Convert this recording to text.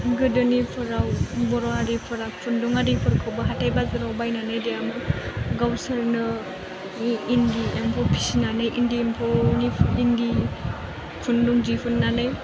गोदोनिफोराव बर' हारिफोरा खुन्दं आरिफोरखौबो हाथाइ बाजाराव बायनानै दायामोन गावसोरनो इन्दि एम्फौ फिनानै इन्दि एम्फौनि इन्दि खुन्दुं दिहुन्नानै